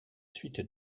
suite